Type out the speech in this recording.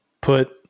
put